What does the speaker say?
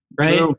Right